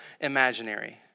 imaginary